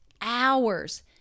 hours